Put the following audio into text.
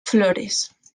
flores